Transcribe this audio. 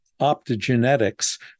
optogenetics